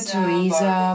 Teresa